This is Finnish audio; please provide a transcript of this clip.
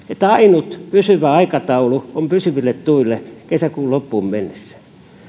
ainut pysyvä aikataulu pysyville tuille on kesäkuun loppuun mennessä